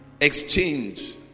exchange